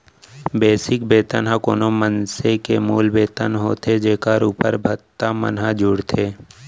basic वेतन ह कोनो मनसे के मूल वेतन होथे जेखर उप्पर भत्ता मन ह जुड़थे